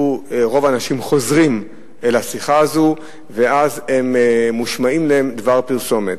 רוב האנשים חוזרים אל השיחה הזו ואז מושמע להם דבר פרסומת.